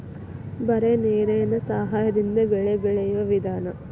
ಬರೇ ನೇರೇನ ಸಹಾದಿಂದ ಬೆಳೆ ಬೆಳಿಯು ವಿಧಾನಾ